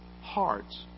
hearts